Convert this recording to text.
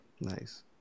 Nice